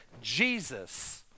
Jesus